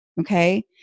Okay